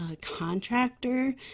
contractor